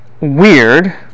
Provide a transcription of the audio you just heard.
weird